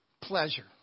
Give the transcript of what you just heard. pleasure